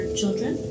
children